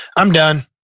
i'm done.